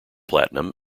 platinum